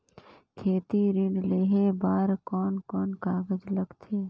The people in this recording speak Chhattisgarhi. खेती ऋण लेहे बार कोन कोन कागज लगथे?